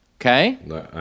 Okay